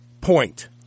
point